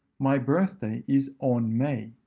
my birthday is on may.